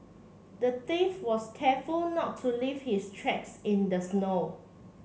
the thief was careful not to leave his tracks in the snow